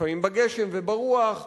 ולפעמים בגשם וברוח,